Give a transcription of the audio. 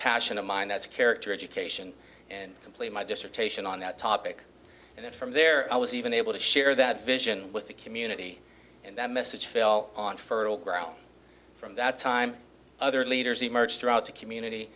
passion of mine that's character education and complete my dissertation on that topic and then from there i was even able to share that vision with the community and that message fill on fertile ground from that time other leaders emerge throughout the community